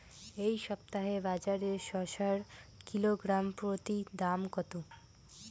এই সপ্তাহে বাজারে শসার কিলোগ্রাম প্রতি দাম কত?